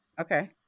Okay